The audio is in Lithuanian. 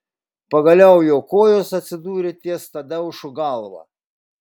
pagaliau jo kojos atsidūrė ties tadeušo galva